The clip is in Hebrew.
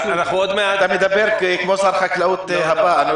אתה מדבר כמו שר החקלאות הבא.